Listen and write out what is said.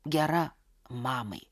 gera mamai